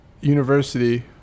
University